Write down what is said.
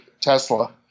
Tesla